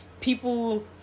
people